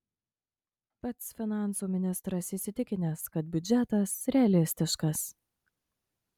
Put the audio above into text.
pats finansų ministras įsitikinęs kad biudžetas realistiškas